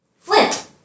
Flint